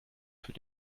für